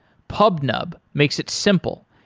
pubnub makes it simple,